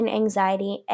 anxiety